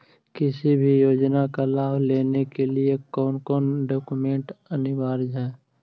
किसी भी योजना का लाभ लेने के लिए कोन कोन डॉक्यूमेंट अनिवार्य है?